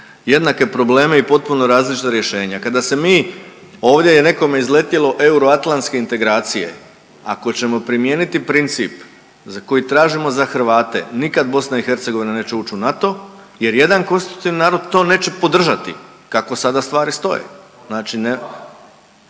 jednake probleme i potpuno različita rješenja. Kada se mi, ovdje nekome izletilo euroatlantske integracije, ako ćemo primijeniti princip za koji tražimo za Hrvate, nikad BiH neće ući u NATO jer jedan konstitutivni narod to neće podržati kako sada stvari stoje. Znači ne,